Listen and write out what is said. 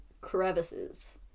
crevices